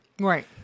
Right